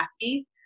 happy